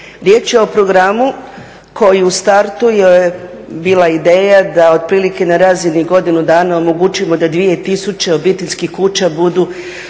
Riječ je o programu koji u startu je bila ideja da otprilike na razini godinu dana omogućimo da 2000 obiteljskih kuća budu